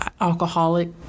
alcoholic